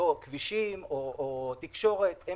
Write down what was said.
אם בכבישים או בתקשורת.